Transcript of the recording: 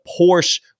Porsche